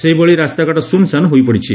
ସେହିଭଳି ରାସ୍ତାଘାଟ ଶ୍ରନ୍ଶାନ୍ ହୋଇପଡ଼ିଛି